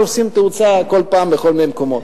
תופסים תאוצה כל פעם בכל מיני מקומות.